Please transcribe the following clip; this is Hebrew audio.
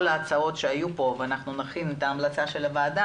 ההצעות שהיו פה ונכין את ההמלצה של הוועדה,